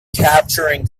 capturing